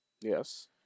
Yes